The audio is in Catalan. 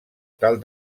tal